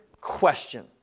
question